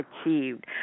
achieved